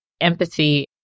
empathy